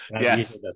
Yes